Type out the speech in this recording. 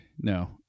no